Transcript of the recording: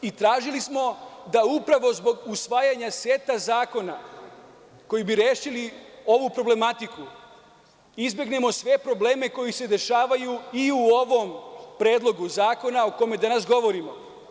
Tražili smo da upravo zbog usvajanja seta zakona koji bi rešili ovu problematiku izbegnemo sve probleme koji se dešavaju i u ovom predlogu zakona o kome danas govorimo.